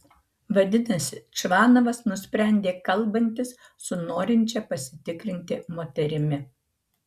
vadinasi čvanovas nusprendė kalbantis su norinčia pasitikrinti moterimi